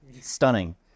stunning